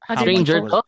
stranger